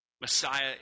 Messiah